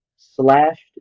slashed